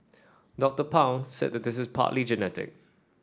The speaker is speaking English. Doctor Pang said this is partly genetic